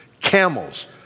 camels